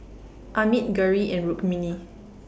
Amit Gauri and Rukmini